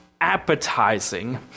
appetizing